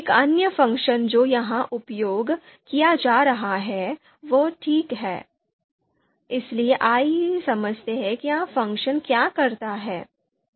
एक अन्य फ़ंक्शन जो यहां उपयोग किया जा रहा है वह टी है इसलिए आइए समझते हैं कि यह फ़ंक्शन क्या करता है